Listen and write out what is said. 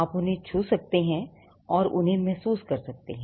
आप उन्हें छू सकते हैं और उन्हें महसूस कर सकते हैं